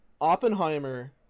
oppenheimer